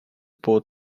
port